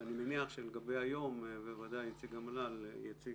ואני מניח שלגבי היום נציג המל"ל יציג.